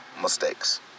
mistakes